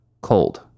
Cold